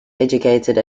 educated